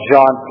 John